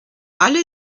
alle